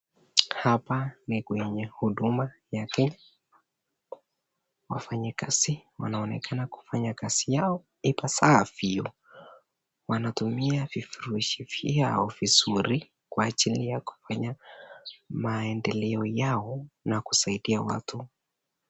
Hapa ni kwenye huduma ya kenya. Wafanyakazi wanaonekana kufanya kazi yao ipasavyo wanatumia vifurushi vyao vizuri kwa ajili ya kufanya maendeleo yao na kusaidia watu.